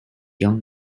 young